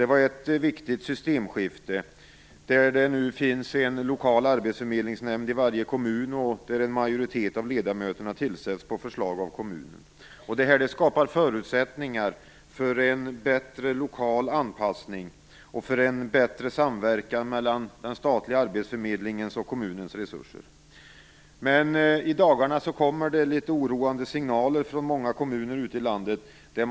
Det är ett viktigt systemskifte. Det finns nu en lokal arbetsförmedlingsnämnd i varje kommun där en majoritet av ledamöterna tillsätts på förslag av kommunen. Detta skapar förutsättningar för en bättre lokal anpassning och för en bättre samverkan mellan den statliga arbetsförmedlingens och kommunens resurser. Men i dagarna kommer det oroande signaler från många kommuner ute i landet.